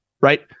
right